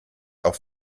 auf